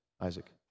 Isaac